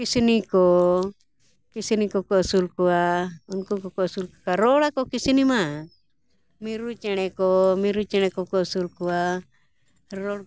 ᱠᱤᱥᱱᱤ ᱠᱚ ᱠᱤᱥᱱᱤ ᱠᱚᱠᱚ ᱟᱹᱥᱩᱞ ᱠᱚᱣᱟ ᱩᱱᱠᱩ ᱠᱚᱠᱚ ᱟᱹᱥᱩᱞ ᱠᱚᱣᱟ ᱨᱚᱲ ᱟᱠᱚ ᱠᱤᱥᱱᱤ ᱢᱟ ᱢᱤᱨᱩ ᱪᱮᱬᱮ ᱠᱚ ᱢᱤᱨᱩ ᱪᱮᱬᱮ ᱠᱚᱠᱚ ᱟᱹᱥᱩᱞ ᱠᱚᱣᱟ ᱨᱚᱲ